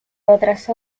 otras